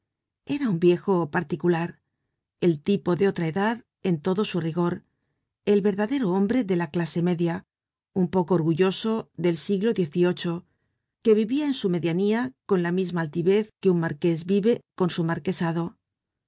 era un viejo particular el tipo de otra edad en todo su rigor el verdadero hombre de la clase media un poco orgulloso del siglo xviii que vivia en su medianía con h misma altivez que un marqués vive con su marquesado